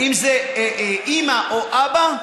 אם זה אימא או אבא,